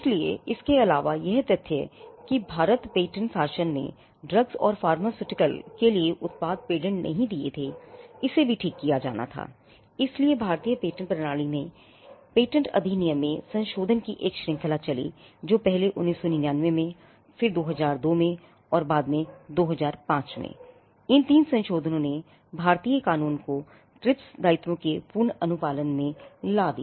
इसलिए इसके अलावा यह तथ्य कि भारतीय पेटेंट शासन ने ड्रग्स और फार्मास्यूटिकल्स दायित्वों के पूर्ण अनुपालन में ला दिया